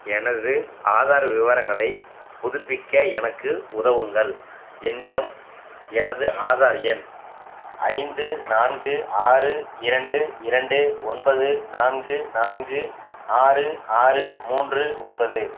எனது ஆதார் விவரங்களை புதுப்பிக்க எனக்கு உதவுங்கள் என்னிடம் எனது ஆதார் எண் ஐந்து நான்கு ஆறு இரண்டு இரண்டு ஒன்பது நான்கு நான்கு ஆறு ஆறு மூன்று ஒன்பது